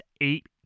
eight